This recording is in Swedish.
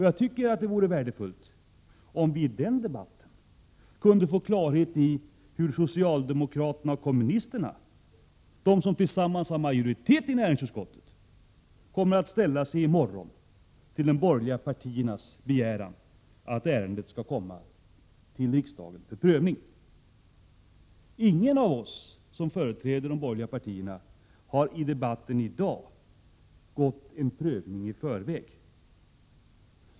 Jag tror att det vore värdefullt om vi i den debatten kunde få klarhet i hur socialdemokraterna och kommunisterna, som tillsammans har majoritet i näringsutskottet, kommer att ställa sig i morgon till de borgerliga partiernas begäran att ärendet skall hänskjutas till riksdagen för prövning. Ingen av oss som företräder de borgerliga partierna har i debatten i dag föregripit en prövning.